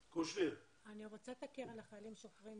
אני רוצה לשמוע את הקרן לחיילים משוחררים.